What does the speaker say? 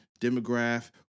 demograph